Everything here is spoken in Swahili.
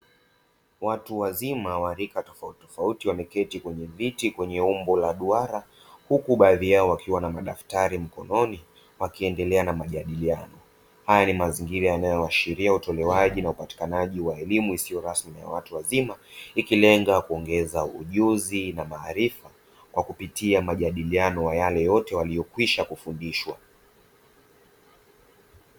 Watu wazima wa rika tofauti tofauti wameketi kwenye viti kwenye umbo la duara huku baadhi yao wakiwa na madaftari mkononi wakiendelea na majadiliano, haya ni mazingira yanayoashiria utolewaji na hupatikanaji wa elimu isiyo rasmi ya watu wazima ikilenga kuongeza ujuzi na maarifa kwa kupitia majadiliano wa yale yote waliokwisha kufundishwa.